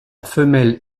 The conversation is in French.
femelle